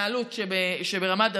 מהעלות שברמת דוד.